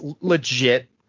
legit